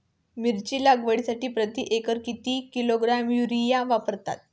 मिरची लागवडीसाठी प्रति एकर किती किलोग्रॅम युरिया वापरावा?